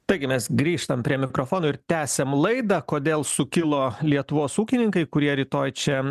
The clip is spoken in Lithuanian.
taigi mes grįžtam prie mikrofono ir tęsiam laidą kodėl sukilo lietuvos ūkininkai kurie rytoj čia